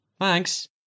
Thanks